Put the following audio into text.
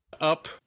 up